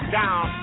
down